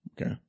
Okay